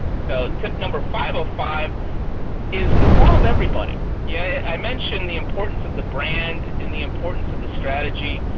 so tip number five of five is involve everybody. yeah i mention the importance of the brand and the importance of the strategy.